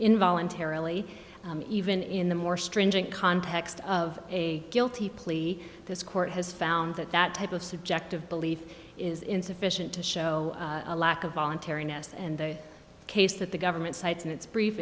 in voluntarily even in the more stringent context of a guilty plea this court has found that that type of subjective belief is insufficient to show a lack of voluntariness and the case that the government sites in its brief